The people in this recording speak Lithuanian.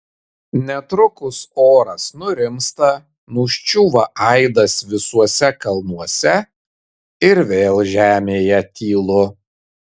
netrukus oras nurimsta nuščiūva aidas visuose kalnuose ir vėl žemėje tylu